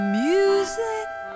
music